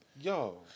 Yo